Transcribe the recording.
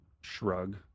shrug